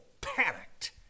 panicked